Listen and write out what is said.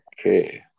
Okay